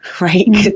right